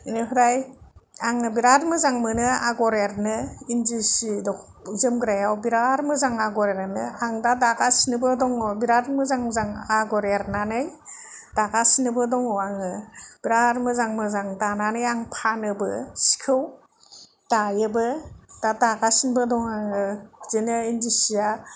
बेनिफ्राय आङो बेराद मोजां मोनो आगर एरनो इन्दि सि जोमग्रायाव बेराद मोजां आगर एरनो आं दा दागासिनोबो दङ बेराद मोजां मोजां आगर एरनानै दागासिनोबो दङ आङो बेराद मोजां मोजां दानानै आं फानोबो सिखौ दायोबो दा दागासिनोबो दङ आङो बिदिनो इन्दि सिया